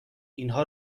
اینها